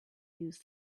news